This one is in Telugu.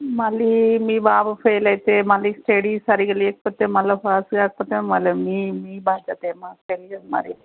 మళ్ళీ మీ బాబు ఫెయిల్ అయితే మళ్ళీ స్టడీ సరిగా లేకపోతే మళ్ళా పాస్ కాకపోతే మళ్ళా మీ మీ బాధ్యత మాకు తెలియదు మరి